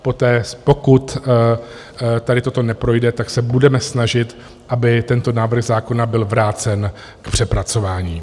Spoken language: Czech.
Poté, pokud tady toto neprojde, tak se budeme snažit, aby tento návrh zákona byl vrácen k přepracování.